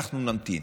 אנחנו נמתין.